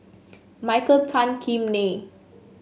Michael Tan Kim Nei